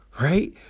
right